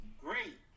great